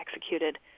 executed